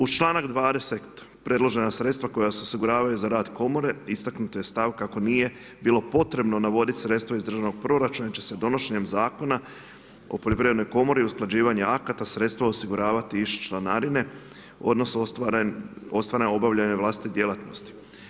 Uz članak 20. predložena sredstava koja se osiguravaju za rad komore, istaknuta je stavka, kako nije bilo potrebe navoditi sredstva iz državnog proračuna jer će se donošenjem z akna o Poljoprivrednoj komori i usklađivanje akata sredstva osigurati iz članarine, odnosno, ostvarena obavljanja vlastite djelatnosti.